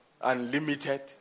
unlimited